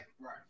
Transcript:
Right